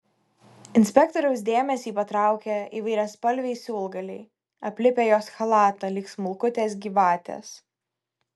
inspektoriaus dėmesį patraukia įvairiaspalviai siūlgaliai aplipę jos chalatą lyg smulkutės gyvatės